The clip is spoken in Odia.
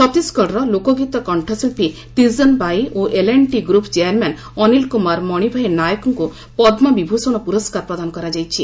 ଛତିଶଗଡ଼ର ଲୋକଗୀତ କଣ୍ଠଶିଳ୍ପୀ ତିଜନ୍ ବାଇ ଓ L and T group chairman Anil Kumar Manibhai ନାୟକଙ୍କୁ ପଦ୍ମବିଭୂଷଣ ପୁରସ୍କାର ପ୍ରଦାନ କରାଯାଇଛି